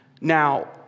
Now